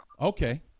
Okay